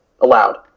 allowed